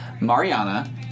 Mariana